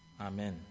Amen